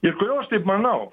ir kodėl aš taip manau